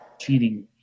cheating